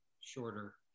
shorter